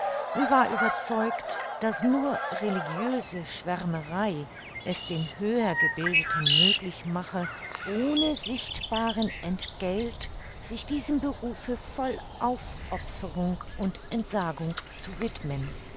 und war überzeugt daß nur religiöse schwärmerei es den höhergebildeten möglich mache ohne sichtbaren entgelt sich diesem berufe voll aufopferung und entsagung zu widmen